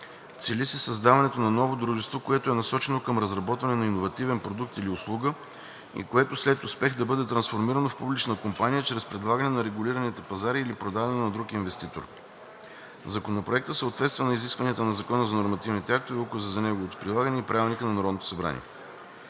Цели се създаването на ново дружество, което е насочено към разработване на иновативен продукт или услуга и което след успех да бъде трансформирано в публична компания чрез предлагане на регулираните пазари или продадено на друг инвеститор. Законопроектът съответства на изискванията на Закона за нормативните актове, Указа за неговото прилагане и Правилника за организацията и